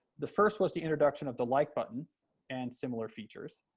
the first was the introduction of the like button and similar features.